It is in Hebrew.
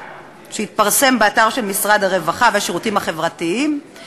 שיתפרסם באתר של משרד הרווחה והשירותים החברתיים,